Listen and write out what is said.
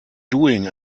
doing